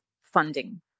funding